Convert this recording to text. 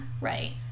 right